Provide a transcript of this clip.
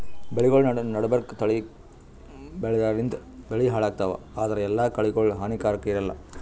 ಬೆಳಿಗೊಳ್ ನಡಬರ್ಕ್ ಕಳಿ ಬೆಳ್ಯಾದ್ರಿನ್ದ ಬೆಳಿ ಹಾಳಾಗ್ತಾವ್ ಆದ್ರ ಎಲ್ಲಾ ಕಳಿಗೋಳ್ ಹಾನಿಕಾರಾಕ್ ಇರಲ್ಲಾ